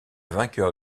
vainqueur